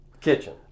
Kitchen